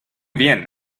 bien